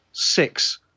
Six